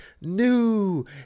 new